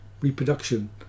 reproduction